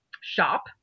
shop